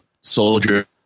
soldier